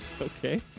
okay